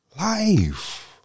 life